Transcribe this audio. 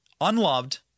unloved